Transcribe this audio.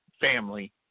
family